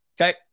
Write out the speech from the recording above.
Okay